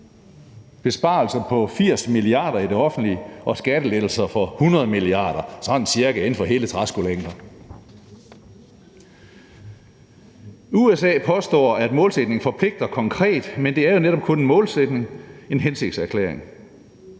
besparelser på 80 mia. kr. i det offentlige og skattelettelser for 100 mia. kr. sådan cirka, inden for hele træskolængder. USA påstår, at målsætningen forpligter konkret, men det er jo netop kun en målsætning, en hensigtserklæring.